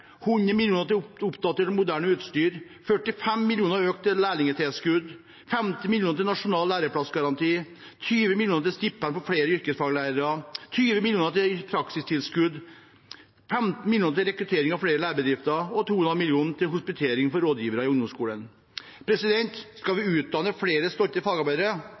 100 mill. kr til oppdatert, moderne utstyr, 45 mill. kr i økt lærlingtilskudd, 50 mill. kr til nasjonal læreplassgaranti, 20 mill. kr til stipend for flere yrkesfaglærere, 20 mill. kr til praksistilskudd, 15 mill. kr til rekruttering av flere lærebedrifter og 200 mill. kr til hospitering for rådgivere i ungdomsskolen. Skal vi utdanne flere stolte fagarbeidere